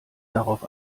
darauf